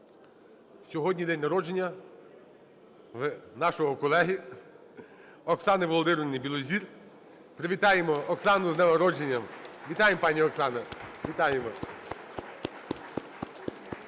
Сьогодні день народження в нашої колеги Оксани Володимирівни Білозір. Привітаємо Оксану з днем народження. Вітаємо, пані Оксана! Вітаємо